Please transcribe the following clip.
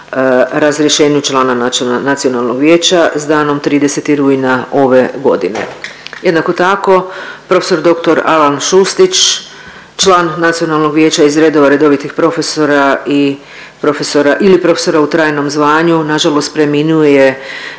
razrješenju člana nacionalnog vijeća s danom 30. rujna ove godine. Jednako tako, profesor dr. Alan Šustić, član nacionalnog vijeća iz redova redovitih profesora i profesora ili profesora u trajnom zvanju nažalost preminuo